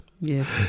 Yes